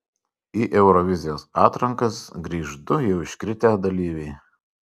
į eurovizijos atrankas grįš du jau iškritę dalyviai